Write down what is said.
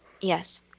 Yes